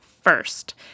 first